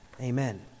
Amen